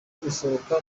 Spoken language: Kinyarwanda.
gusohoka